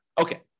Okay